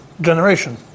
generation